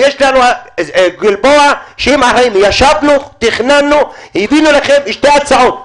ויש את גלבוע שעמם ישבנו ותכננו והבאנו לכם שתי הצעות.